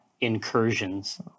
incursions